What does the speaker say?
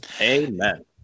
Amen